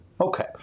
Okay